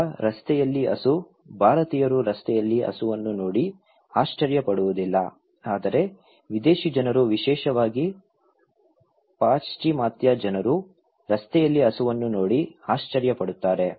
ಅಥವಾ ರಸ್ತೆಯಲ್ಲಿ ಹಸು ಭಾರತೀಯರು ರಸ್ತೆಯಲ್ಲಿ ಹಸುವನ್ನು ನೋಡಿ ಆಶ್ಚರ್ಯಪಡುವುದಿಲ್ಲ ಆದರೆ ವಿದೇಶಿ ಜನರು ವಿಶೇಷವಾಗಿ ಪಾಶ್ಚಿಮಾತ್ಯ ಜನರು ರಸ್ತೆಯಲ್ಲಿ ಹಸುವನ್ನು ನೋಡಿ ಆಶ್ಚರ್ಯಪಡುತ್ತಾರೆ